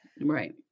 Right